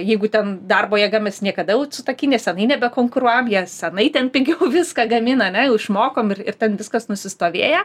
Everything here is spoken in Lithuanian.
jeigu ten darbo jėga mes niekada su ta kinija senai nebekonkuruojam jie senai ten pigiau viską gamina ane jau išmokom ir ten viskas nusistovėję